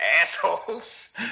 assholes